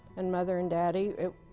and mother and daddy.